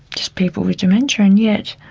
just people with dementia, and yet